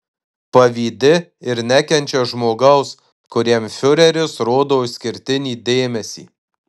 pavydi ir nekenčia žmogaus kuriam fiureris rodo išskirtinį dėmesį